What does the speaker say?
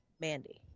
Mandy